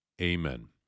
Amen